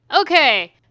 okay